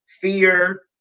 fear